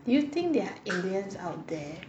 do you think there are aliens out there